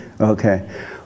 Okay